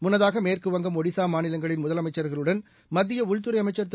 முன்னதாக மேற்குவங்கம் ஒடிசா மாநிலங்களின் முதலமைச்சா்களுடன் மத்திய உள்துறை அமைச்சா் திரு